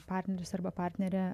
partneris arba partnerė